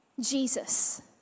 Jesus